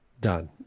done